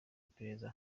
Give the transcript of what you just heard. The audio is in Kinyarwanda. iperereza